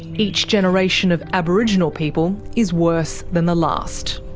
each generation of aboriginal people is worse than the last.